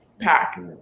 Pack